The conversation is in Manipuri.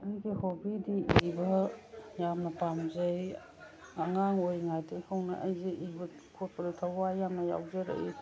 ꯑꯩꯒꯤ ꯍꯣꯕꯤꯗꯤ ꯏꯕꯥ ꯌꯥꯝꯅ ꯄꯥꯝꯖꯩ ꯑꯉꯥꯡ ꯑꯣꯏꯔꯤꯉꯩꯗꯒꯤ ꯍꯧꯅ ꯑꯩꯁꯦ ꯏꯕ ꯈꯣꯠꯄꯗ ꯊꯋꯥꯏ ꯌꯥꯝꯅ ꯌꯥꯎꯖꯔꯛꯏ